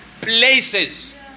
places